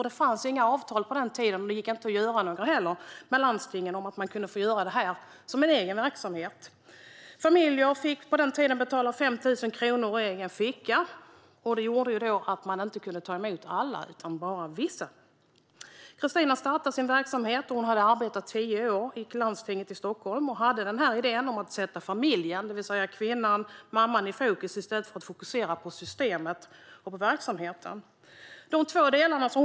Det fanns nämligen inga avtal på den tiden, och det gick inte heller att göra några avtal med landstingen om att få göra detta som en egen verksamhet. Familjer fick på den tiden betala 5 000 kronor ur egen ficka, och det gjorde ju att man inte kunde ta emot alla utan bara vissa. Christina, som startade verksamheten, hade arbetat i landstinget i Stockholm i tio år, och hon hade en idé om att sätta familjen, det vill säga kvinnan, mamman, i fokus i stället för att fokusera på systemet och verksamheten.